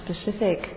specific